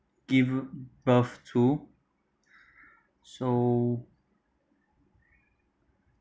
give birth to so